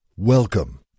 Welcome